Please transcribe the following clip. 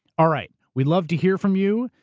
all right. we love to hear from you.